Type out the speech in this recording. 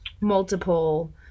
multiple